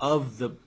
of the